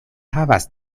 havas